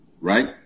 right